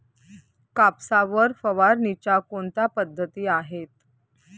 कापसावर फवारणीच्या कोणत्या पद्धती आहेत?